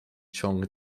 ciąg